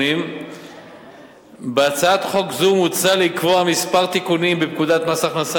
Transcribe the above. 180. בהצעת חוק זו מוצע לקבוע מספר תיקונים בפקודת מס הכנסה